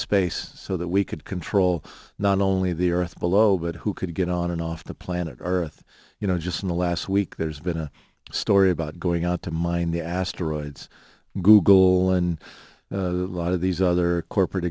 space so that we could control not only the earth below but who could get on and off the planet earth you know just in the last week there's been a story about going out to mind the asteroids google and a lot of these other corporate